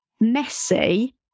messy